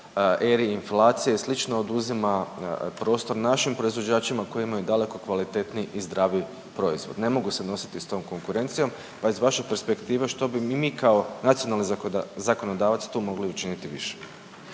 eri inflacije i sl. oduzima prostor našim proizvođačima koji imaju daleko kvalitetniji i zdraviji proizvod. Ne mogu se nositi s tom konkurencijom pa iz vaše perspektive, što bi i mi kao nacionalni zakonodavac tu mogli učiniti više?